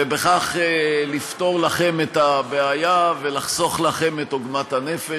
ובכך לפתור לכם את הבעיה ולחסוך לכם את עוגמת הנפש.